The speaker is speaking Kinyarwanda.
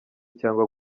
cyangwa